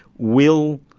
will